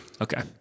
Okay